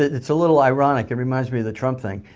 it's a little ironic, it reminds me of the trump thing.